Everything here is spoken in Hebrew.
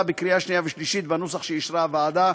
בקריאה שנייה ושלישית בנוסח שאישרה הוועדה.